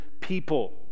people